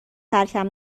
ترکم